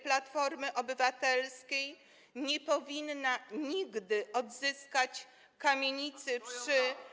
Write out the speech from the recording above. Platformy Obywatelskiej, nie powinna nigdy odzyskać kamienicy przy.